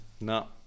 no